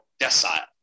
decile